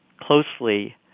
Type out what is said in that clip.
closely